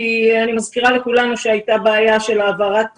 כי אני מזכירה לכולנו שהייתה בעיה של העברת